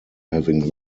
having